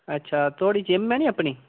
अच्छा थोहाडी जिम है नी अपनी